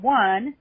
one